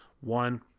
One